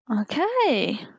Okay